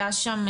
היה שם